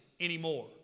anymore